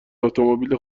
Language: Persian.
اتومبیل